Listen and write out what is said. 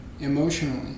emotionally